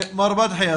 מר בדחי,